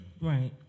Right